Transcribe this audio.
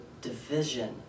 division